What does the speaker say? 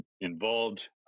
involved